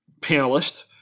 panelist